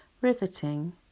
riveting